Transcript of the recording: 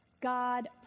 God